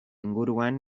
inguruan